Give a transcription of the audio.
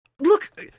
Look